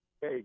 Hey